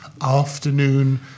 afternoon